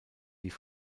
die